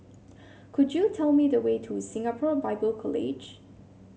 could you tell me the way to Singapore Bible College